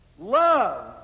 Love